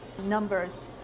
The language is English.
numbers